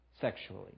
sexually